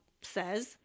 says